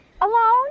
Alone